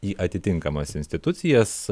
į atitinkamas institucijas